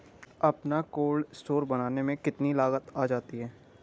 अपना cold store बनाने में कितनी लागत आ जाती है?